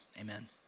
Amen